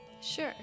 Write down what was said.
Sure